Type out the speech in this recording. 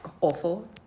awful